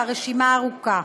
והרשימה ארוכה.